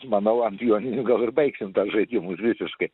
manau ant joninių gal ir baigsim tuos žaidimus visiškai